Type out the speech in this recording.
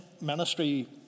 ministry